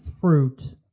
fruit